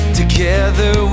together